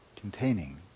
Containing